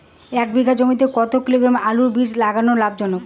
এক বিঘা জমিতে কতো কিলোগ্রাম আলুর বীজ লাগা লাভজনক?